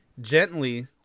Gently